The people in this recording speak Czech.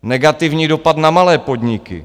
Negativní dopad na malé podniky.